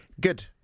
Good